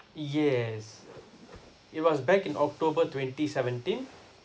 yes it was back in october twenty seventeen